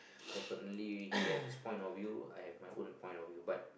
definitely he has his point of view I have my own point of view but